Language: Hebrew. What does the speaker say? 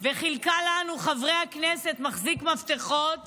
וחלקה לנו, חברי הכנסת, מחזיק מפתחות